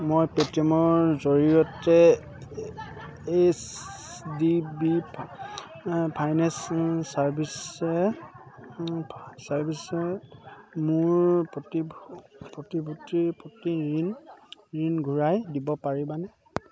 মই পেটিএমৰ জৰিয়তে এইচ ডি বি ফাইনেন্স চাৰ্ভিচে চাৰ্ভিচে মোৰ প্ৰতিভূতিৰ প্ৰতি ঋণ ঋণ ঘূৰাই দিব পাৰিবানে